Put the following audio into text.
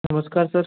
नमस्कार सर